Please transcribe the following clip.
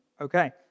Okay